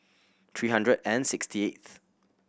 three hundred and sixty eighth